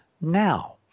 now